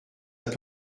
peut